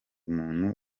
muntu